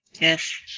Yes